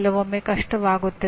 ಕೆಲವೊಮ್ಮೆ ಕಷ್ಟವಾಗುತ್ತದೆ